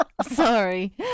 Sorry